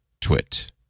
twit